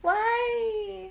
why